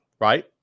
right